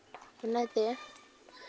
ᱚᱱᱟᱛᱮ